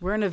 we're in a